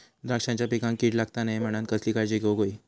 द्राक्षांच्या पिकांक कीड लागता नये म्हणान कसली काळजी घेऊक होई?